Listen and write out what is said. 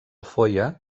foia